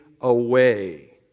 away